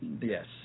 yes